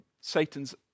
Satan's